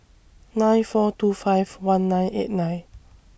nine four two five one nine eight nine